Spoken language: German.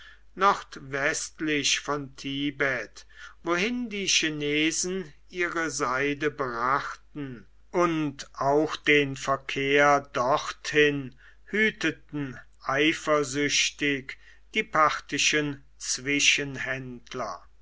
nordwestlich von tibet wohin die chinesen ihre seide brachten und auch den verkehr dorthin hüteten eifersüchtig die parthischen